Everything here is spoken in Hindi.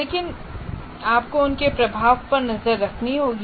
लेकिन आपको उनके प्रभाव पर नज़र रखनी होगी